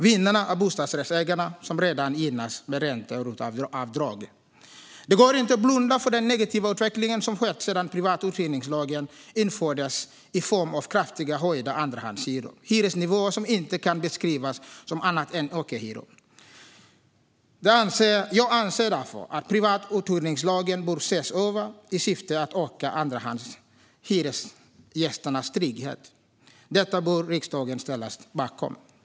Vinnarna är bostadsrättsägarna som redan gynnas med ränte och ROT-avdrag. Det går inte att blunda för den negativa utveckling som skett sedan privatuthyrningslagen infördes med kraftigt höjda andrahandshyror som följd - hyresnivåer som inte kan beskrivas som annat än ockerhyror. Jag anser därför att privatuthyrningslagen bör ses över i syfte att öka andrahandshyresgästernas trygghet. Detta bör riksdagen ställa sig bakom.